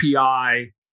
API